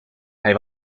hij